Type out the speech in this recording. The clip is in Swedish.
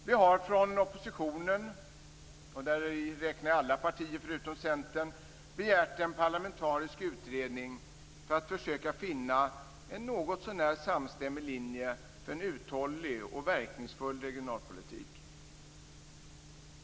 Vi har från oppositionen - och däri räknar jag alla partier förutom Centern - begärt en parlamentarisk utredning för att försöka finna en något så när samstämmig linje för en uthållig och verkningsfull regionalpolitik.